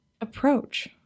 approach